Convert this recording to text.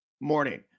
morning